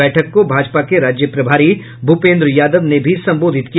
बैठक को भाजपा के राज्य प्रभारी भूपेन्द्र यादव ने भी संबोधित किया